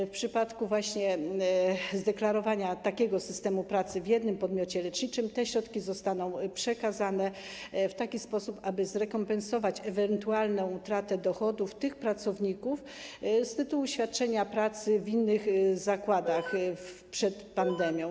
W przypadku zadeklarowania takiego systemu pracy w jednym podmiocie leczniczym te środki zostaną przekazane w taki sposób, aby zrekompensować ewentualną utratę dochodów tych pracowników z tytułu świadczenia pracy w innych zakładach przed pandemią.